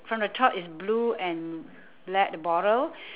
from the top is blue and black the bottle